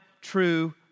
true